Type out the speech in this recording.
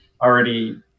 already